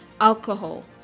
alcohol